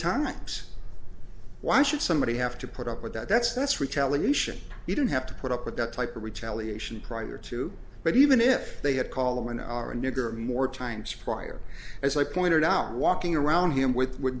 times why should somebody have to put up with that that's that's retaliation you don't have to put up with that type of retaliation prior to but even if they had call them an hour a nigger more times prior as i pointed out walking around him with